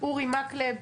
אורי מקלב.